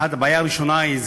הבעיה הראשונה היא,